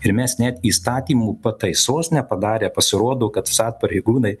ir mes net įstatymų pataisos nepadarę pasirodo kad vsat pareigūnai